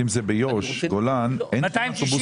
אם זה ביו"ש ובגולן, אין שם אוטובוסים.